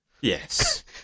Yes